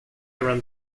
around